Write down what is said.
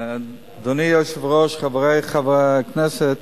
אדוני היושב-ראש, חברי חברי הכנסת,